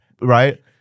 right